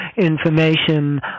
information